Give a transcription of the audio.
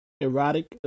Erotic